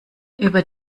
über